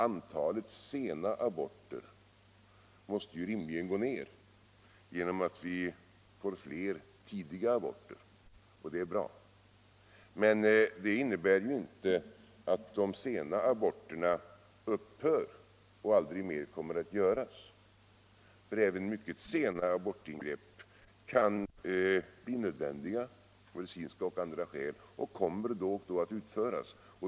Antalet sena aborter måste rimligen gå ned genom att vi får fler tidiga aborter, och det är bra. Men det innebär inte att de sena aborterna upphör och aldrig mer kommer att göras, för även mycket sena abortingrepp kan bli nödvändiga av medicinska och andra skäl och kommer då och då att utföras.